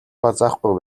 базаахгүй